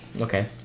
Okay